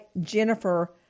Jennifer